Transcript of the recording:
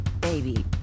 baby